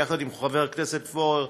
יחד עם חבר הכנסת פורר,